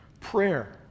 Prayer